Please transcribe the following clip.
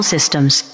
systems